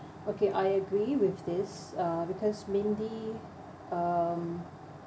okay I agree with this uh because mainly um